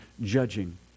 judging